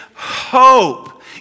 Hope